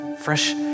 fresh